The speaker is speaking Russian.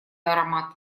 аромат